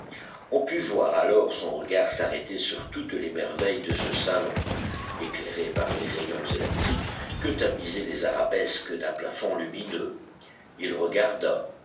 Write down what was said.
on put voir alors son regard s'arrêter sur toutes les merveilles de ce salon éclairé par les rayons électriques que tamisaient les arabesques d'un plafond lumineux il regarda